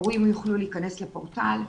הורים יוכלו להיכנס לפורטל.